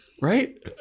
Right